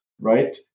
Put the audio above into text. right